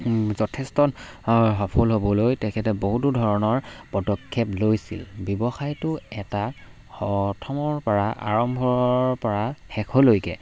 যথেষ্ট সফল হ'বলৈ তেখেতে বহুতো ধৰণৰ পদক্ষেপ লৈছিল ব্যৱসায়টো এটা সথমৰ পৰা আৰম্ভৰ পৰা শেষলৈকে